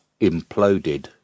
imploded